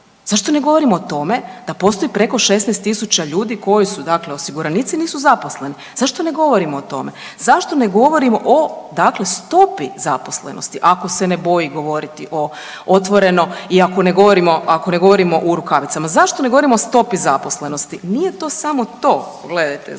Zašto ne govorimo o tome da postoji preko 16 tisuća ljudi koji su dakle, osiguranici, nisu zaposleni. Zašto ne govorimo o tome? Zašto ne govorimo o dakle stopi zaposlenosti, ako se ne boji govoriti o otvoreno i ako ne govorimo u rukavicama. Zašto ne govorimo o stopi zaposlenosti? Nije to samo to. Gledajte, znači